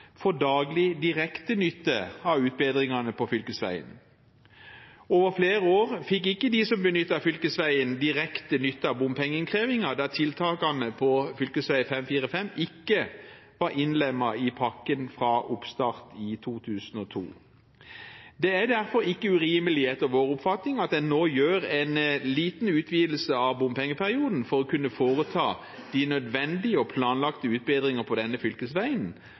daglig direkte nytte av utbedringene på fylkesveien. I flere år fikk ikke de som benyttet fylkesveien, direkte nytte av bompengeinnkrevingen, da tiltakene for fv. 545 ikke var innlemmet i pakken fra oppstart i 2002. Etter vår oppfatning er det derfor ikke urimelig med en liten utvidelse av bompengeperioden for å kunne foreta de nødvendige og planlagte utbedringene på denne fylkesveien,